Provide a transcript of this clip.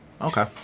Okay